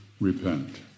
repent